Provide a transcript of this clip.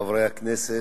חברי חברי הכנסת,